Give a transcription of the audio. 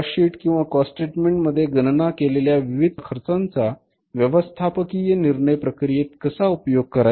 cost sheet किंवा cost statement मध्ये गणना केलेल्या विविध प्रकारच्या खर्चांचा व्यवस्थापकीय निर्णय प्रक्रियेत कसा उपयोग करायचा